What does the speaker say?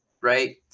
right